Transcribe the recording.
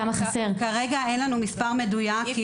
כמה חסר?) כרגע אין לנו מספר מדויק.